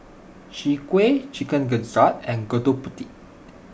Chwee Kueh Chicken Gizzard and Gudeg Putih